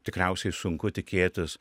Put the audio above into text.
tikriausiai sunku tikėtis